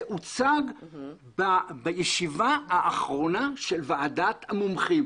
זה הוצג בישיבה האחרונה של ועדת המומחים.